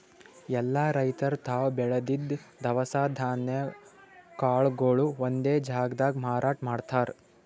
ಎಲ್ಲಾ ರೈತರ್ ತಾವ್ ಬೆಳದಿದ್ದ್ ದವಸ ಧಾನ್ಯ ಕಾಳ್ಗೊಳು ಒಂದೇ ಜಾಗ್ದಾಗ್ ಮಾರಾಟ್ ಮಾಡ್ತಾರ್